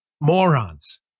Morons